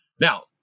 Now